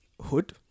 hood